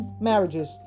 marriages